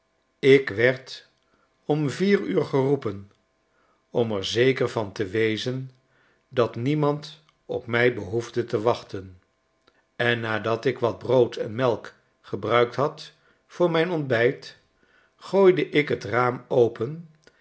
ik werd om vier uur geroepen om er zeker van te wezen dat niemand op mij behoefdete wachten en nadat ik wat brood en melk gebruikt had voor mijn ontbijt gooide ik het raam open